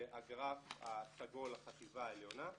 והגרף הסגול לחטיבה העליונה.